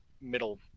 middle